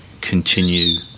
continue